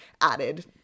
added